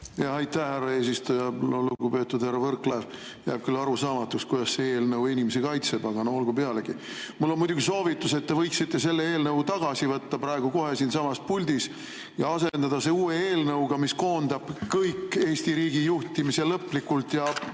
Aitäh, härra eesistuja! Lugupeetud härra Võrklaev! Jääb küll arusaamatuks, kuidas see eelnõu inimesi kaitseb, aga no olgu pealegi. Mul on muidugi soovitus, et te võiksite selle eelnõu tagasi võtta praegu kohe siinsamas puldis ja asendada selle uue eelnõuga, mis koondab kogu Eesti riigi juhtimise lõplikult ja